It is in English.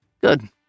Good